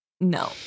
No